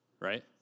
Right